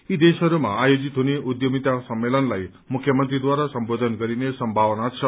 यी देशहरूमा आयोजित हुने उद्यमिता सम्मेलनलाई मुख्यमन्त्रीद्वारा सम्बोध्न गरिने सम्भावना छ